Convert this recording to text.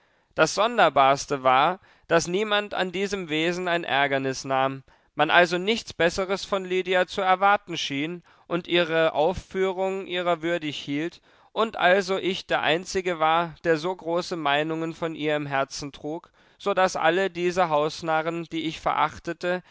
das sonderbarste war daß niemand an diesem wesen ein ärgernis nahm man also nichts besseres von lydia zu erwarten schien und ihre aufführung ihrer würdig hielt und also ich der einzige war der so große meinungen von ihr im herzen trug so daß alle diese hausnarren die ich verachtete